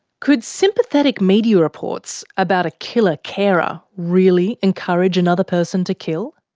could sympathetic media reports about a killer carer really encourage another person to kill?